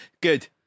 Good